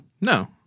No